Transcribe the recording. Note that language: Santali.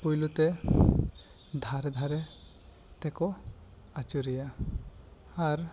ᱯᱩᱭᱞᱩ ᱛᱮ ᱫᱷᱟᱨᱮ ᱫᱷᱟᱨᱮ ᱛᱮᱠᱚ ᱟᱹᱪᱩᱨᱮᱭᱟ ᱟᱨ